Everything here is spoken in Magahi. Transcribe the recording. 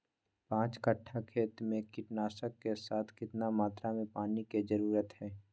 पांच कट्ठा खेत में कीटनाशक के साथ कितना मात्रा में पानी के जरूरत है?